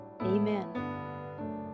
Amen